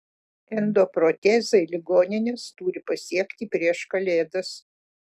endoprotezai ligonines turi pasiekti prieš kalėdas